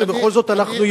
ובכל זאת אנחנו יהודים.